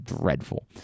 dreadful